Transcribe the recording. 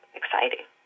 exciting